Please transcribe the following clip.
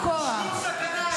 שאין להם שום כוח, שום סכנה אין.